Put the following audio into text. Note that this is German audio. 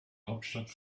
hauptstadt